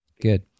good